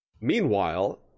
Meanwhile